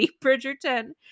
Bridgerton